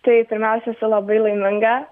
tai pirmiausia esu labai laiminga